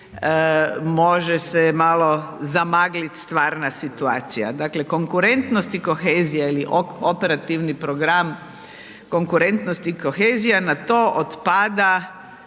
može se malo zamagliti stvarna situacija. Dakle konkurentnost i kohezija ili operativni program konkurentnost i kohezija na to otpada